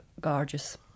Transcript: gorgeous